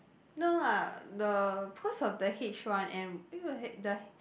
no lah the because of the H one N the